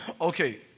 Okay